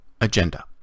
agenda